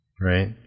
Right